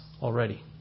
already